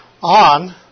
on